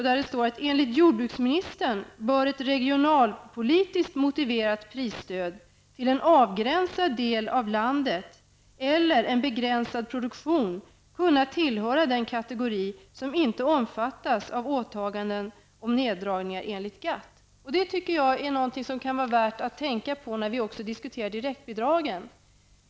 Där står det: ''Enligt jordbruksministern bör ett regionalpolitiskt motiverat prisstöd, till en avgränsad del av landet eller en begränsad produktion, kunna tillhöra den kategori som inte omfattas av åtaganden om neddragningar enligt GATT.'' Det tycker jag är någonting som kan vara värt att tänka på när vi diskuterar direktbidragen.